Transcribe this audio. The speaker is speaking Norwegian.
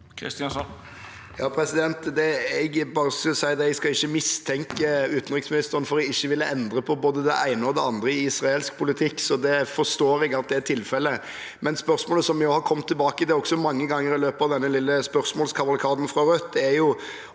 Kristjánsson (R) Jeg skal ikke mistenke utenriksministeren for ikke å ville endre på både det ene og det andre i israelsk politikk, så jeg forstår at det er tilfellet. Spørsmålet som har kommet tilbake – også mange ganger i løpet av denne lille spørsmålskavalkaden fra Rødt – er jo